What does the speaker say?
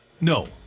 No